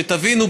שתבינו,